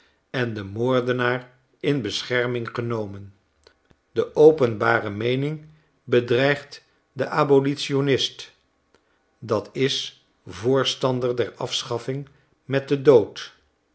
en den moordenaar in bescherming genomen de openbare meening bedreigt den abolitionist d i voorstander der afschaffing met den dood